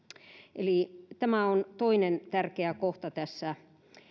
eli tämä on toinen tärkeä kohta tässä